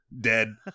dead